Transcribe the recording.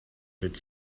did